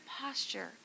posture